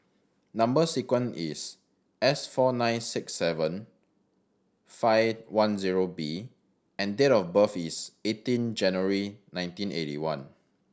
number sequence is S four nine six seven five one zero B and date of birth is eighteen January nineteen eighty one